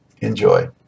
Enjoy